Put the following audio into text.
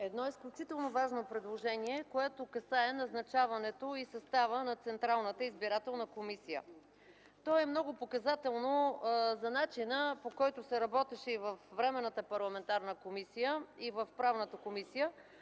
Едно изключително важно предложение, което касае назначаването и състава на Централната избирателна комисия. То е много показателно за начина, по който се работеше и във Временната парламентарна комисия, и в Правната комисия